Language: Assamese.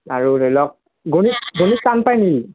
আৰু ধৰি লওক গণিত গণিত টান পায় নেকি